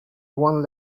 one